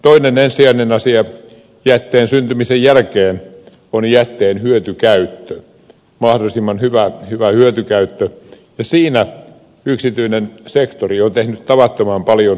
toinen ensisijainen asia jätteen syntymisen jälkeen on jätteen hyötykäyttö mahdollisimman hyvä hyötykäyttö ja siinä yksityinen sektori on tehnyt tavattoman paljon työtä